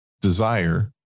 desire